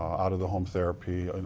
out of the home therapy. and